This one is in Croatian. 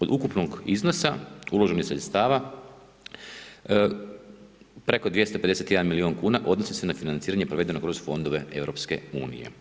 Od ukupnog iznosa uloženih sredstava preko 251 milijun kuna odnosi se na financiranje provedeno kroz fondove EU.